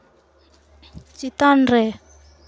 ᱪᱮᱛᱟᱱ ᱨᱮ